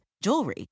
jewelry